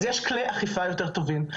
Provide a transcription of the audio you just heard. אז כלי אכיפה יותר טובים.